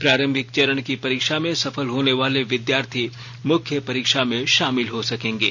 प्रारंभिक चरण की परीक्षा में सफल होने वाले विद्यार्थी मुख्य परीक्षा में शामिल हो सकेंगे